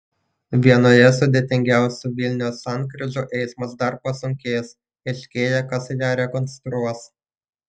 vienoje sudėtingiausių vilniaus sankryžų eismas dar pasunkės aiškėja kas ją rekonstruos